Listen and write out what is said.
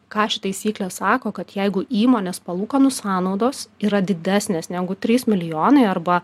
ką ši taisyklė sako kad jeigu įmonės palūkanų sąnaudos yra didesnės negu trys milijonai arba